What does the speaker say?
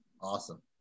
Awesome